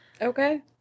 Okay